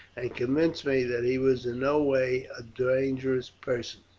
and convinced me that he was in no way a dangerous person.